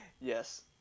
Yes